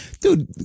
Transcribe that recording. dude